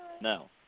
no